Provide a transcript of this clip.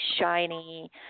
shiny